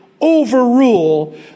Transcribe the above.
overrule